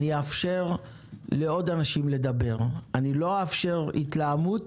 אני אאפשר לעוד אנשים לדבר, אני לא אאפשר התלהמות